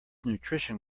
nutrition